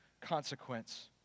consequence